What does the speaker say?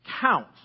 Count